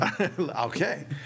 Okay